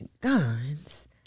guns